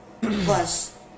Plus